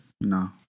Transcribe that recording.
No